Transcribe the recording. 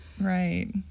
Right